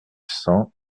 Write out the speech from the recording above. cent